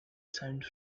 sound